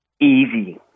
easy